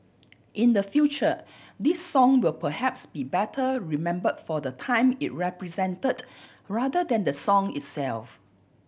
in the future this song will perhaps be better remember for the time it represented rather than the song itself